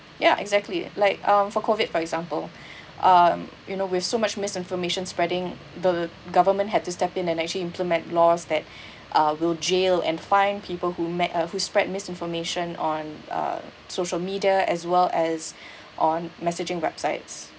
ya exactly like um for COVID for example um you know with so much misinformation spreading the government had to step in and actually implement laws that uh will jail and fine people who made a who spread misinformation on uh social media as well as on messaging websites